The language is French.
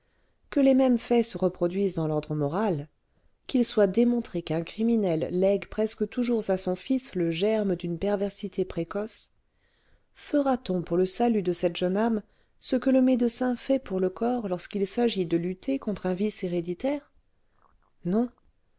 que les mêmes faits se reproduisent dans l'ordre moral qu'il soit démontré qu'un criminel lègue presque toujours à son fils le germe d'une perversité précoce fera-t-on pour le salut de cette jeune âme ce que le médecin fait pour le corps lorsqu'il s'agit de lutter contre un vice héréditaire non